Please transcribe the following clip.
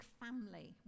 family